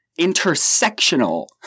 intersectional